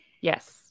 Yes